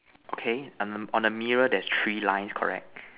okay on the mirror there's three lines correct